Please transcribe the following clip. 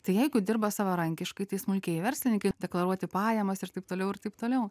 tai jeigu dirba savarankiškai tai smulkieji verslininkai deklaruoti pajamas ir taip toliau ir taip toliau